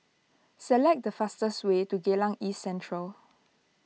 select the fastest way to Geylang East Central